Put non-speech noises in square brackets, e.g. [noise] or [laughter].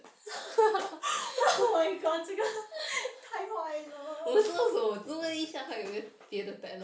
[laughs] oh my god 这个太坏了